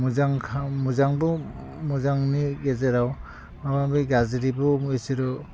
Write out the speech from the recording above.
मोजां खा मोजांबो मोजांनि गेजेराव माबाबै गाज्रिबो बिसोरो